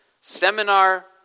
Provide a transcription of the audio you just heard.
seminar